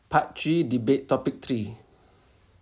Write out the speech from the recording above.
part three debate topic three